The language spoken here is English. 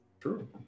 True